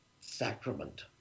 sacrament